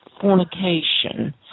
fornication